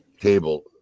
table